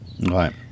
Right